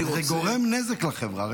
זה גורם נזק לחברה.